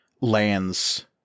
lands